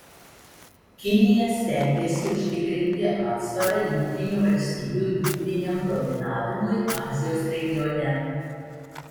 kinija stengiasi užtikrinti atsvarą jungtinių valstijų jūriniam dominavimui azijos regione